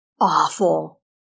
Awful